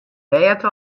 bêd